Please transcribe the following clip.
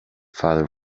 father